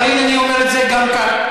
סליחה, על קארין אני אומר את זה גם כאן.